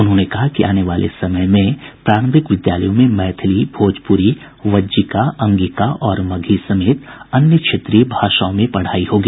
उन्होंने कहा कि आने वाले समय में प्रारंभिक विद्यालयों में मैथिली भोजपुरी वज्जिका अंगिका और मगही समेत अन्य क्षेत्रीय भाषाओं में पढ़ाई होगी